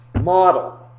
model